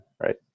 right